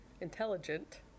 intelligent